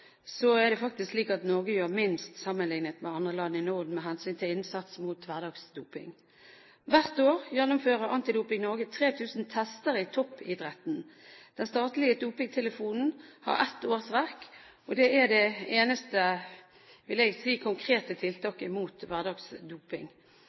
faktisk Norge minst sammenliknet med andre land i Norden med hensyn til innsats mot hverdagsdoping. Hvert år gjennomfører Antidoping Norge 3 000 tester i toppidretten. Den statlige dopingtelefonen har ett årsverk, og det er det eneste, vil jeg si, konkrete